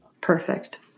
Perfect